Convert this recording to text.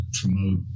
promote